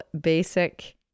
basic